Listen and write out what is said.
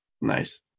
Nice